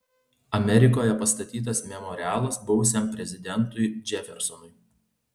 amerikoje pastatytas memorialas buvusiam prezidentui džefersonui